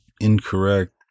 incorrect